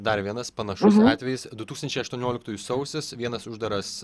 dar vienas panašus atvejis du tūkstančiai aštuonioliktųjų sausis vienas uždaras